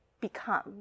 become